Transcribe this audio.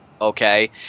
Okay